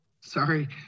Sorry